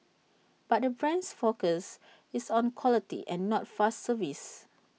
but the brand's focus is on quality and not fast service